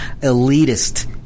elitist